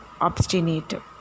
obstinate